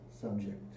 subject